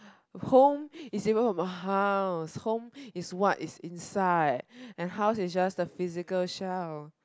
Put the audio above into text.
home is even not in my house home is what is inside and house is just the physical shell